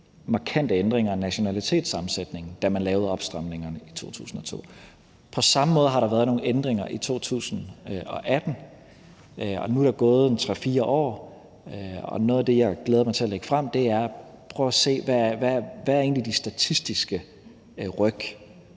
markante ændringer i nationalitetssammensætningen, at man lavede opstramningerne i 2002. På samme måde har der været nogle ændringer i 2018, og nu er der gået 3-4 år, og noget af det, jeg glæder mig til at lægge frem, er, hvad de statistiske ryk